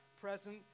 present